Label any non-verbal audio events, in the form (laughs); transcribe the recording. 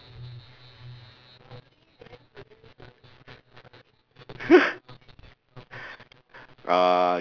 (laughs) err